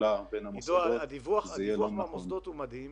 אולי הדיווח מהמוסדות הוא מדהים,